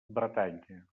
bretanya